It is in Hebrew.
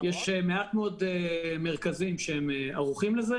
יש מעט מאוד מרכזים שערוכים לזה